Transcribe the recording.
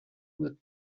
wird